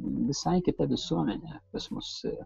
visai kita visuomenė pas mus yra